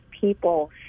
people